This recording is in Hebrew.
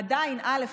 עדיין: א.